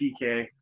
PK